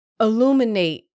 illuminate